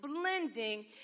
blending